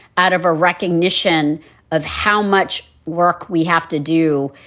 out of a recognition of how much work we have to do.